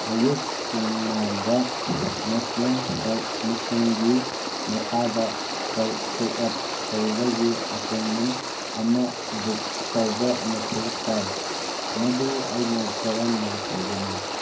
ꯑꯌꯨꯛ ꯄꯨꯡ ꯅꯥꯏꯟꯗ ꯅꯦꯁꯅꯦꯜ ꯍꯦꯜ ꯃꯤꯁꯟꯒꯤ ꯃꯈꯥꯗ ꯍꯦꯜ ꯆꯦꯛ ꯑꯞ ꯇꯧꯕꯒꯤ ꯑꯦꯄꯣꯏꯟꯃꯦꯟ ꯑꯃ ꯕꯨꯛ ꯇꯧꯕ ꯃꯊꯧ ꯇꯥꯏ ꯃꯗꯨ ꯑꯩꯅ ꯀꯔꯝꯅ ꯇꯧꯒꯅꯤ